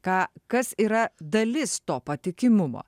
ką kas yra dalis to patikimumo